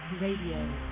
Radio